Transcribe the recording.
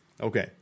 okay